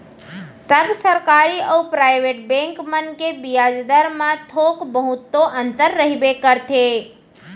सब सरकारी अउ private bank मन के बियाज दर म थोक बहुत तो अंतर रहिबे करथे